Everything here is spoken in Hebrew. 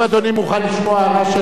שגם יש לו איזו זכות על הנגב?